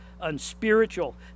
unspiritual